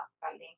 fighting